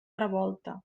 revolta